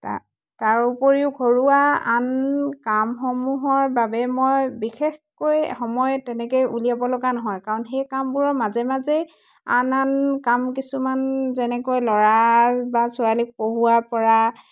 তাৰ তাৰ উপৰিও ঘৰুৱা আন কামসমূহৰ বাবে মই বিশেষকৈ সময় তেনেকৈ উলিয়াব লগা নহয় কাৰণ সেই কামবোৰৰ মাজে মাজেই আন আন কাম কিছুমান যেনেকৈ ল'ৰা বা ছোৱালীক পঢ়োৱাৰপৰা